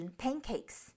pancakes